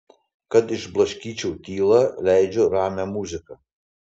kad išblaškyčiau tylą leidžiu ramią muziką